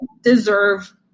deserve